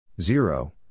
Zero